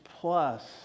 plus